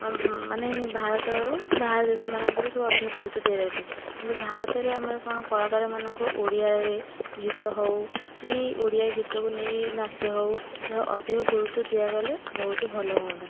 ମାନେ ଭାରତରୁ ବାହାର ଦେଶମାନଙ୍କରେ ସବୁ ଅଧିକ ଗୁରୁତ୍ତ୍ୱ ଦିଆଯାଉଛି କିନ୍ତୁ ଭାରତରେ ଆମର କ'ଣ କଳାକାରମାନଙ୍କୁ ଓଡ଼ିଆରେ ଗୀତ ହେଉ କି ଓଡ଼ିଆ ଗୀତକୁ ନେଇ ନାଚ ହେଉ ଯାହା ହୋ ଅଧିକ ଗୁରୁତ୍ତ୍ୱ ଦିଆଗଲେ ବହୁତ ଭଲ ହୁଅନ୍ତା